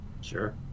Sure